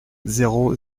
zéro